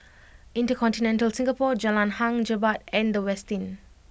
InterContinental Singapore Jalan Hang Jebat and The Westin